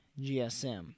GSM